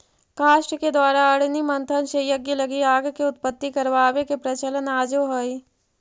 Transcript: काष्ठ के द्वारा अरणि मन्थन से यज्ञ लगी आग के उत्पत्ति करवावे के प्रचलन आजो हई